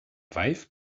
wife